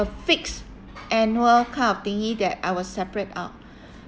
a fixed annual kind of thingy that I will separate out